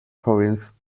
province